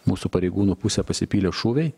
mūsų pareigūnų pusę pasipylė šūviai